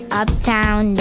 uptown